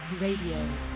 Radio